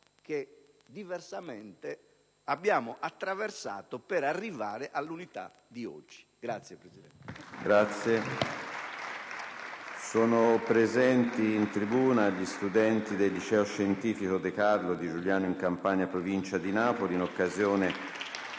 che diversamente abbiamo attraversato per arrivare all'unità di oggi. *(Applausi